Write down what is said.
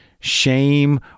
shame